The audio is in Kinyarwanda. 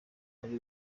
ari